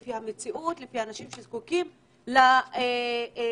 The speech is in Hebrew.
לפי המציאות, לפי האנשים שזקוקים לעזרה.